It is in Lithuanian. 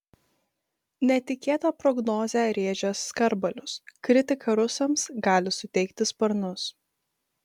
netikėtą prognozę rėžęs skarbalius kritika rusams gali suteikti sparnus